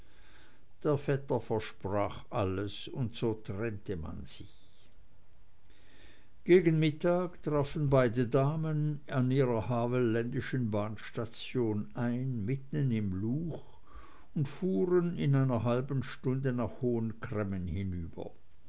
der vetter versprach alles und so trennte man sich gegen mittag trafen beide damen an ihrer havelländischen bahnstation ein mitten im luch und fuhren in einer halben stunde nach hohen cremmen hinüber